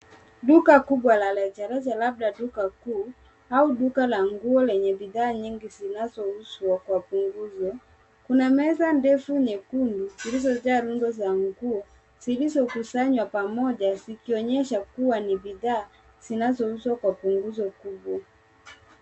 Duka kubwa la rejareja labda duka kuna au duka la nguo lenye bidhaa nyingi zinazouzwa kwa punguzo. Kuna meza ndefu nyekundu zilizojaa rundo za nguo zilisokusanywa pamoja zikionyesha kuwa ni bidhaa zinaozouzwa Kwa punguzo kubwa.